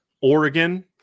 Oregon